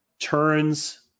turns